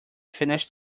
finished